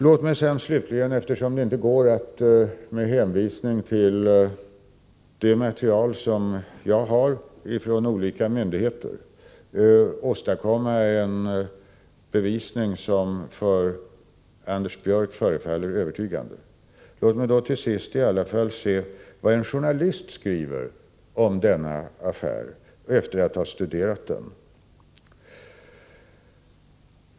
Låt mig slutligen, eftersom det inte går att med hänvisning till det material som jag har från olika myndigheter åstadkomma en bevisning som för Anders Björck förefaller övertygande, återge vad en journalist skriver om denna affär efter att ha studerat den.